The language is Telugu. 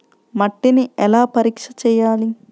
మట్టిని ఎలా పరీక్ష చేయాలి?